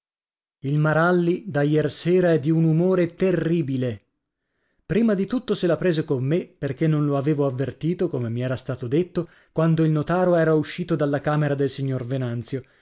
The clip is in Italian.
il maralli da iersera è di un umore terribile prima di tutto se la prese con me perché non lo avevo avvertito come mi era stato detto quando il notaro era uscito dalla camera del signor venanzio